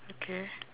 okay